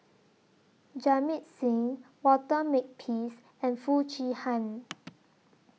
Jamit Singh Walter Makepeace and Foo Chee Han